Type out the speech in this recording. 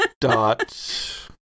Dot